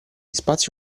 spazi